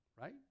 right